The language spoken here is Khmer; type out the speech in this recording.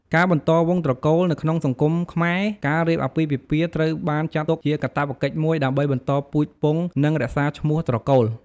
ការបន្តវង្សត្រកូល នៅក្នុងសង្គមខ្មែរ ការរៀបអាពាហ៍ពិពាហ៍ត្រូវបានចាត់ទុកជាកាតព្វកិច្ចមួយ ដើម្បីបន្តពូជពង្ស និងរក្សាឈ្មោះត្រកូល។